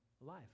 life